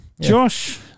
Josh